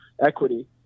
equity